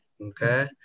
okay